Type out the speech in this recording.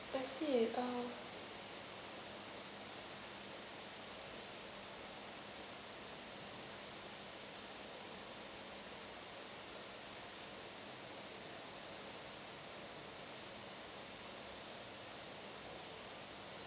I see um